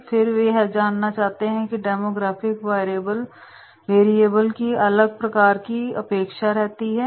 और फिर यह जानना है कि डेमोग्राफिक वरियाबल्स कि अलग प्रकार की अपेक्षा रहती है